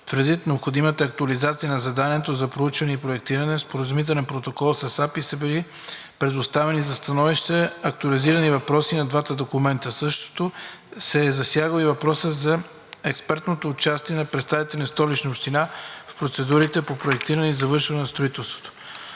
предвид необходимата актуализация на заданието за проучване и проектиране, споразумителен протокол с АПИ, са били предоставени за становище актуализирани въпроси на двата документа. Също се е засягал въпросът за експертното участие на представители на Столична община в процедурите по проектиране и завършване на строителството.